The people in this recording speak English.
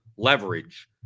Leverage